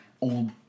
old